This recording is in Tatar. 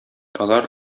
алар